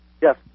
Yes